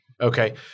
Okay